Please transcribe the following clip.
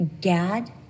Gad